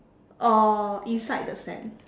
uh inside the sand